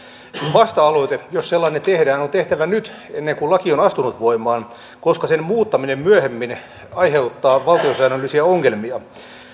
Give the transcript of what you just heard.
vasta aloite jos sellainen tehdään on tehtävä nyt ennen kuin laki on astunut voimaan koska sen muuttaminen myöhemmin aiheuttaa valtiosäännöllisiä ongelmia